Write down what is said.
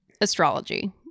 astrology